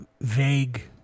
vague